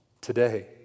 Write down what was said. today